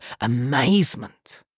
amazement